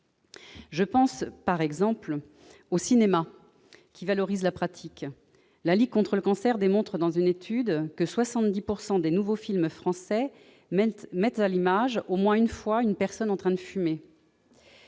Je pense, par exemple, au cinéma, qui valorise la pratique. La Ligue contre le cancer démontre dans une étude que 70 % des nouveaux films français mettent à l'image au moins une fois une personne en train de fumer.